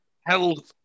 held